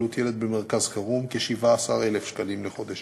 עלות ילד במרכז חירום, כ-17,000 שקלים לחודש.